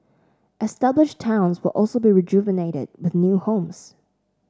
established towns will also be rejuvenated with new homes